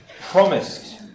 promised